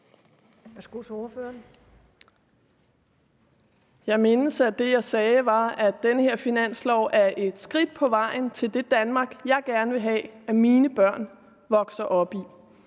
Jeg mindes, at det, jeg sagde, var, at den her finanslov er et skridt på vejen til det Danmark, jeg gerne vil have at mine børn vokser op i.